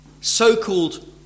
so-called